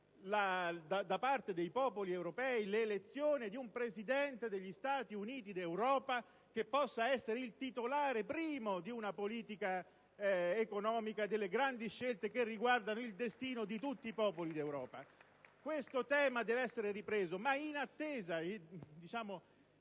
da parte dei popoli europei l'elezione di un Presidente degli Stati Uniti d'Europa, che possa essere il titolare primo di una politica economica e delle grandi scelte che riguardano il destino di tutti i popoli d'Europa. *(Applausi dal Gruppo PD e del senatore